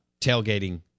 tailgating